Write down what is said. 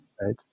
right